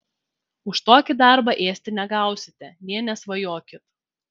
už tokį darbą ėsti negausite nė nesvajokit